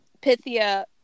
Pythia